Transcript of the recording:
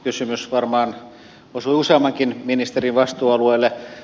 kysymys varmaan osui useammankin ministerin vastuualueelle